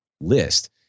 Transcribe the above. list